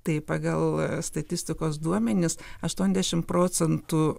tai pagal statistikos duomenis aštuoniasdešim procentų